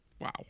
Wow